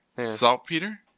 saltpeter